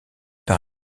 par